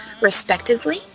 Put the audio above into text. respectively